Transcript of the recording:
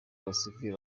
abasivili